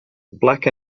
black